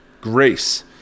Grace